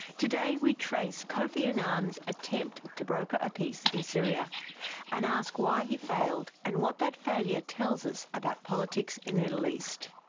today we trace kofi annan's attempt to broker a peace in syria and ask why he failed and what that failure tells us about politics in the middle east.